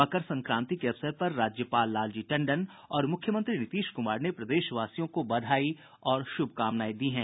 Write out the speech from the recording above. मकर संक्रांति के अवसर पर राज्यपाल लालजी टंडन और मुख्यमंत्री नीतीश कुमार ने प्रदेशवासियों को बधाई और शुभकामनाएं दी हैं